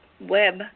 web